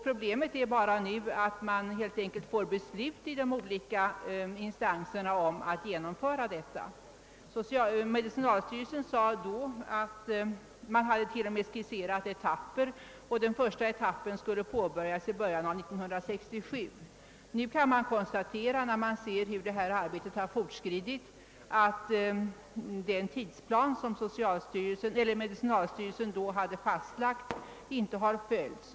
Problemet är nu helt enkelt att få till stånd beslut i de olika instanserna om att låta utföra sådana. Medicinalstyrelsen hade föreslagit att den första etappen skulle påbörjas i början av år 1967. När man nu ser hur arbetet fortskridit kan man konstatera att den tidsplan som medicinalstyrelsen hade fastlagt inte har följts.